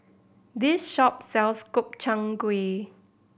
this shop sells Gobchang Gui